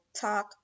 talk